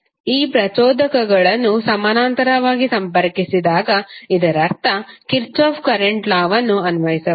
ಈ ಪ್ರಚೋದಕಗಳನ್ನು ಸಮಾನಾಂತರವಾಗಿ ಸಂಪರ್ಕಿಸಿದಾಗ ಇದರರ್ಥ ಕಿರ್ಚಾಫ್ ಕರೆಂಟ್ ಲಾ ವನ್ನುKirchhoff's current law ವನ್ನು ಅನ್ವಯಿಸಬಹುದು